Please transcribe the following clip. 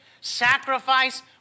sacrifice